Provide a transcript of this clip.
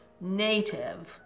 Native